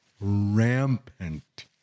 rampant